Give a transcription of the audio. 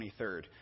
23rd